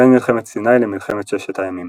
בין מלחמת סיני למלחמת ששת הימים